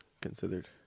considered